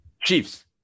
Chiefs